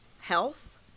health